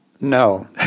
No